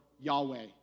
Yahweh